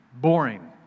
boring